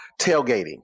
tailgating